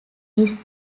his